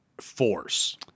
force